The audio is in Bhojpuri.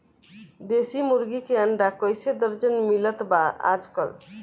देशी मुर्गी के अंडा कइसे दर्जन मिलत बा आज कल?